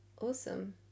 awesome